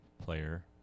player